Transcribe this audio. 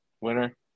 winner